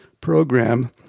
program